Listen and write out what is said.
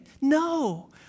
No